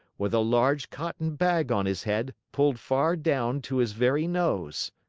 with a large cotton bag on his head, pulled far down to his very nose.